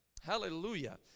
Hallelujah